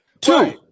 Two